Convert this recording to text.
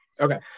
Okay